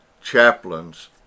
chaplains